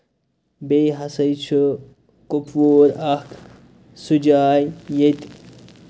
بیٚیہِ ہسا چھُ کۄپوور اکھ سُہ جاے ییٚتہِ